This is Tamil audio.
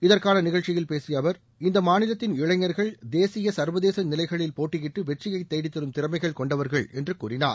இதற்கான நிகழ்ச்சியில் பேசிய அவர் இந்த மாநிலத்தின் இளைஞர்கள் தேசிய சர்வதேச நிலைகளில் போட்டியிட்டு வெற்றியை தேடித்தரும் திறமைகள் கொண்டவர்கள் என்று கூறினார்